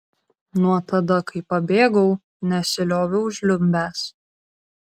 nuo tada kai pabėgau nesilioviau žliumbęs